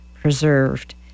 preserved